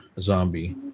zombie